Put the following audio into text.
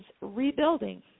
rebuilding